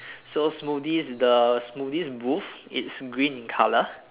so smoothies the smoothies booth it's green in colour